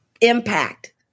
impact